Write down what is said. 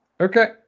Okay